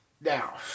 Now